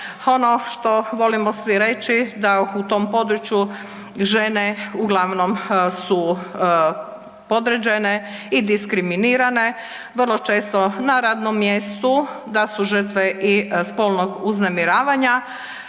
ono što volimo svi reći da u tom području žene uglavnom su podređene i diskriminirane vrlo često na radnom mjestu da su žrtve i spolnog uznemiravanja,